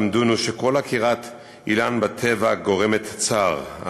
לימדונו שכל עקירת אילן בטבע גורמת צער,